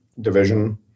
division